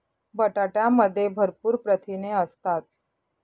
बटाट्यामध्ये भरपूर प्रथिने असतात